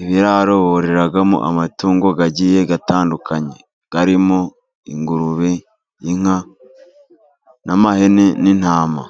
Ibiraro bororeramo amatungo agiye atandukanye harimo ingurube, inka ,n'amahene, n'intama.